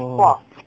oo